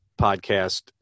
podcast